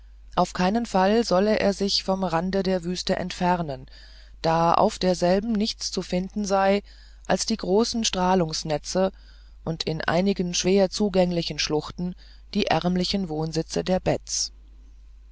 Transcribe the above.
auf keinen fall solle er sich vom rand der wüste entfernen da auf derselben nichts zu finden sei als die großen strahlungsnetze und in einigen schwer zugänglichen schluchten die ärmlichen wohnsitze der